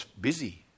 busy